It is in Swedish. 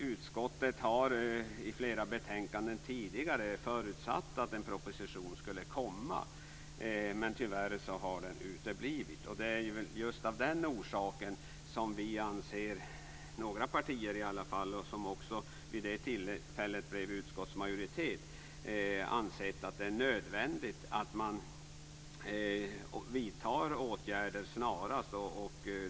Utskottet har i flera tidigare betänkanden förutsatt att en proposition skulle komma, men tyvärr har den uteblivit. Det är just av den orsaken som i varje fall några partier ansett, och som vid detta tillfälle blev utskottsmajoritet, att det är nödvändigt att man vidtar åtgärder snarast.